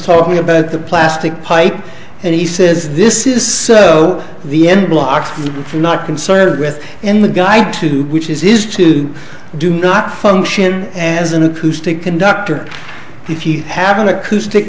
talking about the plastic pipe and he says this is so the end blocks not concerned with and the guide to which is is to do not function as an acoustic conductor if you have an acoustic